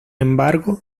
embargo